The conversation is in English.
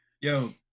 Yo